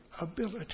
ability